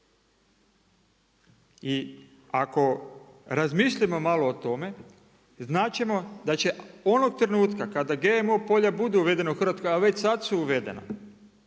I ako razmislimo malo o tome znati ćemo da će onog trenutka kada GMO polja budu uvedeno u Hrvatskoj, a već sad su uvedena,